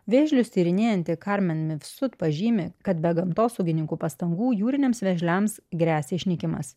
vėžlius tyrinėjanti karmen mifsut pažymi kad be gamtosaugininkų pastangų jūriniams vėžliams gresia išnykimas